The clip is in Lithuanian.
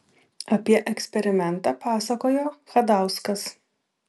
apie eksperimentą pasakojo chadauskas